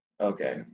okay